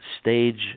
stage